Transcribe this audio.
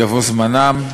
יבוא זמנן.